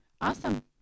awesome